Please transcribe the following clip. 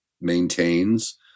maintains